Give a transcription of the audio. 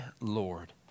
Lord